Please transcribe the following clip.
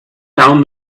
found